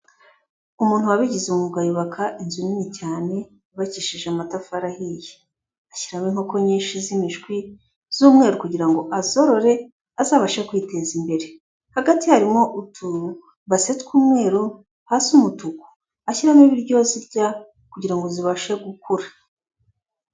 Umuntu wabigize umwuga yubaka inzu nini cyane, yubakishije amatafari ahiye, ashyiramo inko nyinshi z'imishwi z'umweru kugira ngo azorore azabashe kwiteza imbere, hagati harimo utubase tw'umweru, hasi umutuku ashyiramo ibiryo zirya kugira ngo zibashe gukura.